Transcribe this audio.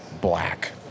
black